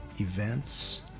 Events